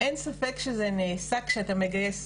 אין ספק שזה נעשה כשאתה מגייס,